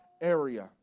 area